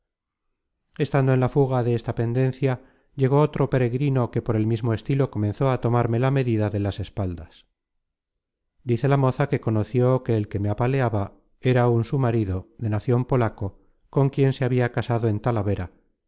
estando en la fuga de esta pendencia llegó otro peregrino que por el mismo estilo comenzó a tomarme la medida de las espaldas dice la moza que conoció que el que me apaleaba era un su ma rido de nacion polaco con quien se habia casado en